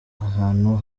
ahantu